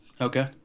okay